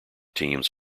teams